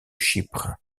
chypre